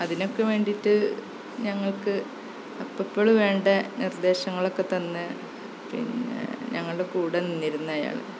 അതിനൊക്കെ വേണ്ടിയിട്ട് ഞങ്ങള്ക്ക് അപ്പപ്പോൾ വേണ്ട നിര്ദേശങ്ങളൊക്കെ തന്ന് പിന്നെ ഞങ്ങളുടെ കൂടെ നിന്നിരുന്നയാൾ